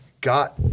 got